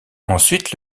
ensuite